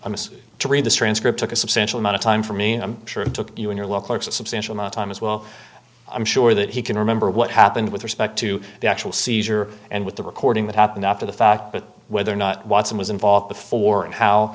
miss to read the transcript took a substantial amount of time for me i'm sure it took you in your local it's a substantial amount time as well i'm sure that he can remember what happened with respect to the actual seizure and with the recording that happened after the fact but whether or not watson was involved before and how